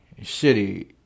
shitty